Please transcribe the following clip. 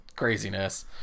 craziness